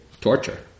torture